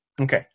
Okay